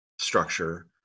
structure